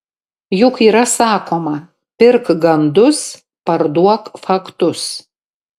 juk yra sakoma pirk gandus parduok faktus